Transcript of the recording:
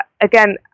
again